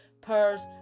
purse